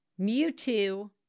Mewtwo